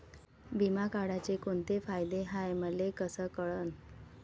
बिमा काढाचे कोंते फायदे हाय मले कस कळन?